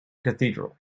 cathedral